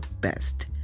best